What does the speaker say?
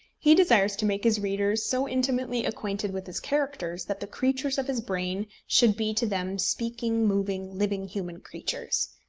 he desires to make his readers so intimately acquainted with his characters that the creatures of his brain should be to them speaking, moving, living, human creatures.